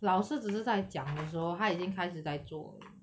老师只是在讲的时候他已经开始在做了